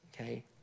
okay